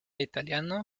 italiano